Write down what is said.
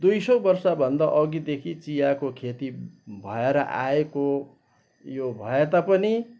दुई सय वर्षभन्दा अघिदेखि चियाको खेती भएर आएको यो भए तापनि